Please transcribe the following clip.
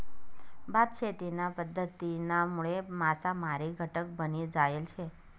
भात शेतीना पध्दतीनामुळे मासामारी घटक बनी जायल शे